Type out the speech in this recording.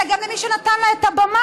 אלא גם למי שנתן לה את הבמה,